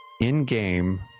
in-game